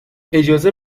اجازه